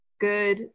Good